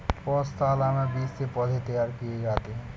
पौधशाला में बीज से पौधे तैयार किए जाते हैं